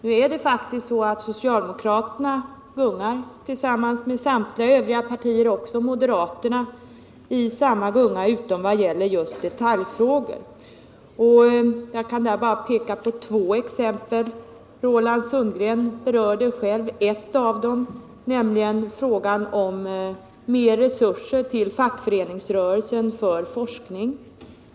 Nu gungar faktiskt socialdemokraterna tillsammans med alla de andra, även med moderaterna, utom beträffande detaljfrågor. Det räcker om jag tar två exempel. Roland Sundgren berörde själv ett av dem, nämligen frågan om mer resurser till fackföreningsrörelsen för forskning.